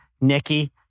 Nikki